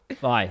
Bye